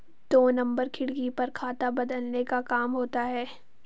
दो नंबर खिड़की पर खाता बदलने का काम होता है